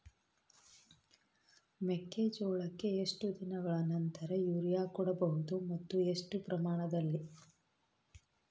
ಮೆಕ್ಕೆಜೋಳಕ್ಕೆ ಎಷ್ಟು ದಿನಗಳ ನಂತರ ಯೂರಿಯಾ ಕೊಡಬಹುದು ಮತ್ತು ಎಷ್ಟು ಪ್ರಮಾಣದಲ್ಲಿ?